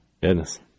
Goodness